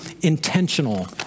intentional